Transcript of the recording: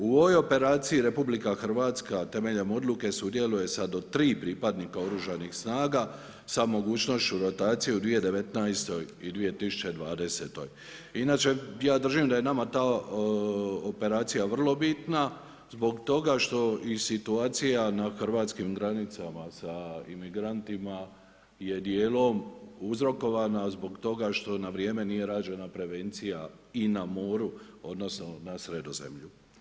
U ovoj operaciji RH temeljem odluke sudjeluje sa do 3 pripadnika oružanih snaga sa mogućnošću rotacije u 2019.g. i 2020.g. Inače, ja držim da je nama ta operacija vrlo bitna zbog toga što i situacija na hrvatskim granicama sa imigrantima je dijelom uzrokovana zbog toga što na vrijeme nije rađena prevencija i na moru odnosno na Sredozemlju.